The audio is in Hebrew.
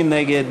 מי נגד?